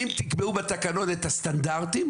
אם תקבעו בתקנות את הסטנדרטים,